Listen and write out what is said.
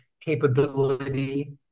capability